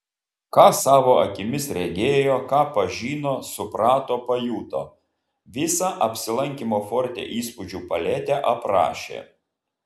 ką savo akimis regėjo ką pažino suprato pajuto visą apsilankymo forte įspūdžių paletę aprašė